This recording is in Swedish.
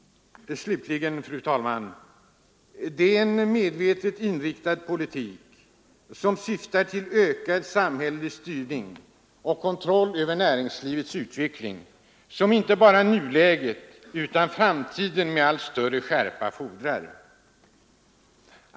Slutligen, fru talman! Det är en medvetet inriktad politik syftande till ökad samhällelig styrning och kontroll över näringslivets utveckling som inte bara nuläget utan framtiden med allt större skärpa fordrar.